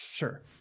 Sure